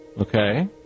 okay